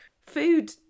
food